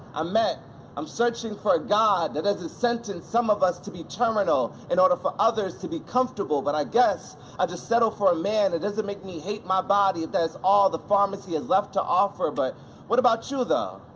i meant i'm searching for a god that doesn't sentence some of us to be terminal in order for others to be comfortable, but i guess i just settle for a man that doesn't make me hate my body that is all the pharmacy is left to offer. but what about you though?